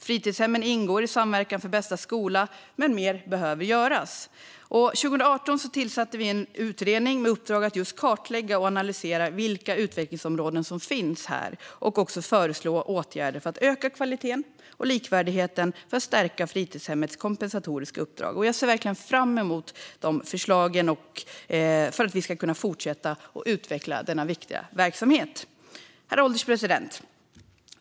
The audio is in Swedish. Fritidshemmen ingår i Samverkan för bästa skola, men mer behöver göras. År 2018 tillsatte regeringen en utredning med uppdrag att kartlägga och analysera vilka utvecklingsområden som finns och också föreslå åtgärder för att öka kvaliteten och likvärdigheten så att fritidshemmets kompensatoriska uppdrag stärks. Jag ser verkligen fram emot förslagen som ska göra att vi kan fortsätta att utveckla denna viktiga verksamhet. Grundläggande frågor om utbildning Herr ålderspresident!